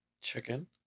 chicken